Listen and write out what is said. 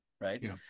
right